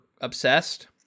obsessed